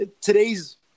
today's